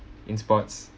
in sports